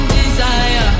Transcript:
desire